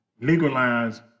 legalize